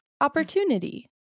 Opportunity